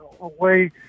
away